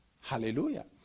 Hallelujah